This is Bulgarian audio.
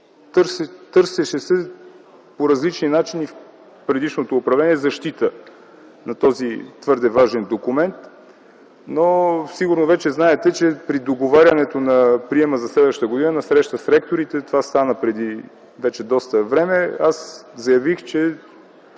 управление по различни начини се търсеше защита на този твърде важен документ. Сигурно вече знаете, че при договарянето на приема за следващата година на среща с ректорите – това стана преди вече доста време, аз заявих, че